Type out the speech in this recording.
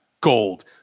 gold